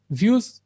views